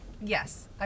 yes